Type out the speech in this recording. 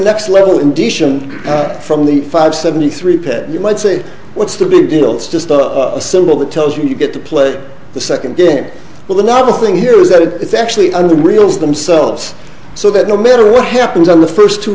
next level in dition from the five seventy three pat you might say what's the big deal it's just a symbol that tells you get to play the second game with another thing here is that it's actually under real themselves so that no matter what happens on the first two